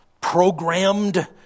programmed